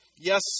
Yes